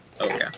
Okay